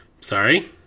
sorry